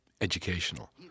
educational